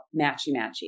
matchy-matchy